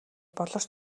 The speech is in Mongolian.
болор